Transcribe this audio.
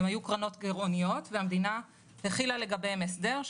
הן היו קרנות גירעוניות והמדינה החילה לגביהן הסדר,